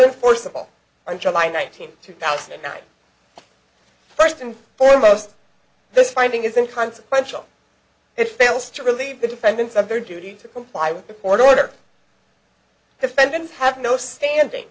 forcible on july nineteenth two thousand and nine first and foremost this finding isn't consequential it fails to relieve the defendants of their duty to comply with the court order defendants have no standing